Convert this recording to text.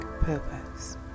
purpose